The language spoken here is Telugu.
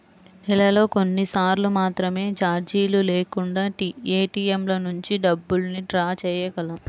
నెలలో కొన్నిసార్లు మాత్రమే చార్జీలు లేకుండా ఏటీఎంల నుంచి డబ్బుల్ని డ్రా చేయగలం